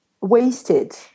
wasted